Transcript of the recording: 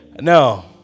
no